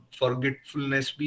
forgetfulness